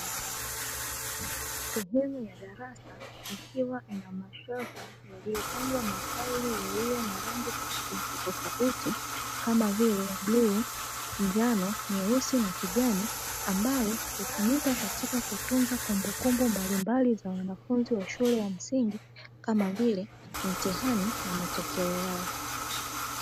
Sehemu ya darasa ikiwa ina mashelfu yaliyopangwa mafairi yaliyo na rangi tofauti tafauti kama vile: bluu, bnjano, nyeusi na kijani ambayo hutumika katika kutunza kumbumkumbu mbalimbali za wanafunzi wa shule ya msingi kama vile :mitihani na matokeo yao.